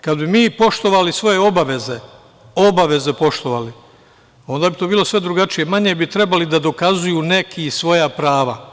Kada bi mi poštovali svoje obaveze, obaveze poštovali, onda bi to bilo sve drugačije, manje bi trebali da dokazuju neki svoja prava.